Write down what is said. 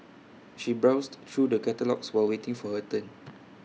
she browsed through the catalogues while waiting for her turn